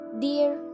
Dear